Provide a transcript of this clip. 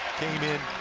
came in,